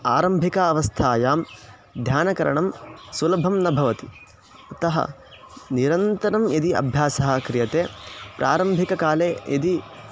आरम्भिक अवस्थायां ध्यानकरणं सुलभं न भवति अतः निरन्तरं यदि अभ्यासः क्रियते प्रारम्भिककाले यदि